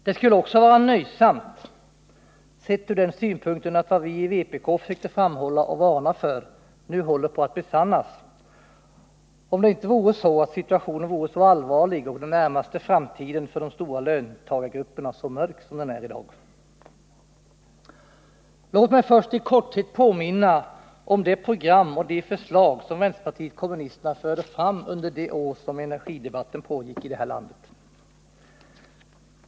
Det skulle också vara nöjsamt, sett ur den synpunkten, att vad vi i vpk försökte framhålla och varna för nu håller på att besannas, om inte situationen vore så allvarlig och den närmaste framtiden för de stora löntagargrupperna så mörk som den är i dag. Låt mig först i korthet påminna om det program och de förslag som vänsterpartiet kommunisterna förde fram under de år som energidebatten pågick i det här landet.